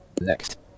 Next